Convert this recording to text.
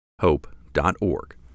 hope.org